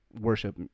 worship